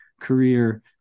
career